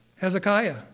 Hezekiah